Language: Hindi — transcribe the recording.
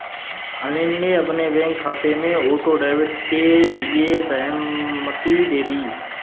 अनिल ने अपने बैंक खाते में ऑटो डेबिट के लिए सहमति दे दी